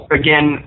again